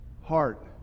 heart